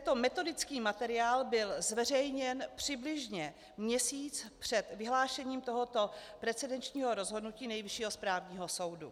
Tento metodický materiál byl zveřejněn přibližně měsíc před vyhlášením tohoto precedenčního rozhodnutí Nejvyššího správního soudu.